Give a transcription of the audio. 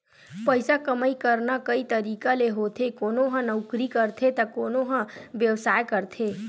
पइसा कमई करना कइ तरिका ले होथे कोनो ह नउकरी करथे त कोनो ह बेवसाय करथे